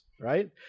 right